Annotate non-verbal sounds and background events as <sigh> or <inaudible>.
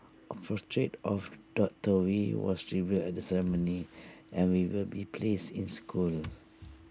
A portrait of doctor wee was revealed at the ceremony and we will be placed in the school <noise>